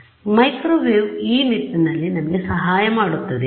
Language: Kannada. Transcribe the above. ಆದ್ದರಿಂದ ಮೈಕ್ರೊವೇವ್ ಈ ನಿಟ್ಟಿನಲ್ಲಿ ನಮಗೆ ಸಹಾಯ ಮಾಡುತ್ತದೆ